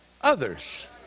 others